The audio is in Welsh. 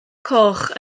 coch